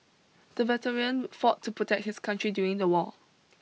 the veteran fought to protect his country during the war